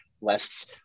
less